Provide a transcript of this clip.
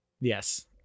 Yes